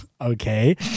okay